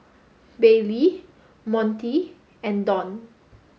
Bailee Montie and Dawn